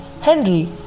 henry